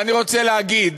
ואני רוצה להגיד